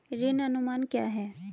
ऋण अनुमान क्या है?